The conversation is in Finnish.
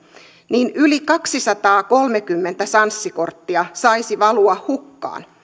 niin yli kaksisataakolmekymmentä sanssi korttia saisi valua hukkaan